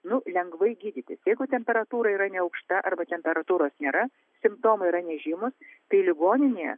nu lengvai gydytis jeigu temperatūra yra neaukšta arba temperatūros nėra simptomai yra nežymūs tai ligoninėje